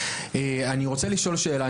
אני רוצה לשאול שאלה,